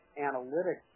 analytics